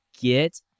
get